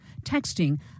texting